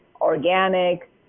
organic